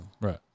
right